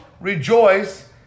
rejoice